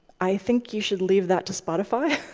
i think you should leave that to spotify.